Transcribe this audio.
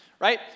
right